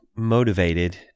motivated